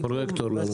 פרויקטור לנושא.